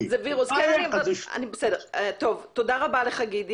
תודה רבה לך גידי.